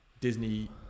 Disney